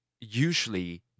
usually